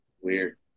weird